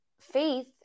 faith